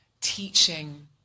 teaching